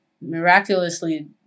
miraculously